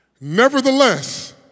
Nevertheless